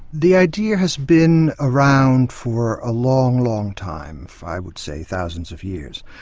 the idea has been around for a long, long time, i would say thousands of years.